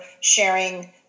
sharing